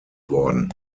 worden